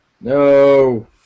No